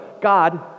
God